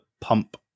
pump